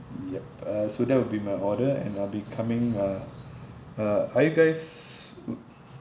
yup uh so that will be my order and I'll be coming uh uh are you guys